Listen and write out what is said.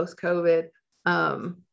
post-COVID